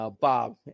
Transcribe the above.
Bob